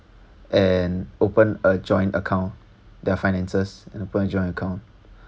and open a joint account their finances and open a joint account